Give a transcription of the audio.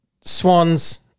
Swans